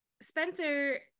Spencer